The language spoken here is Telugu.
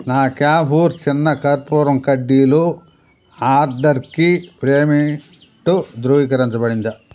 నా క్యాహూర్ చిన్న కర్పూరం కడ్డీలు ఆర్డర్కి పేమెంటు ధృవీకరించబడిందా